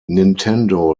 nintendo